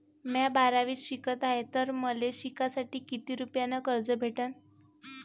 म्या बारावीत शिकत हाय तर मले शिकासाठी किती रुपयान कर्ज भेटन?